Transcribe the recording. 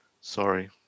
sorry